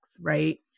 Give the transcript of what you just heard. right